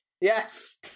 Yes